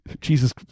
Jesus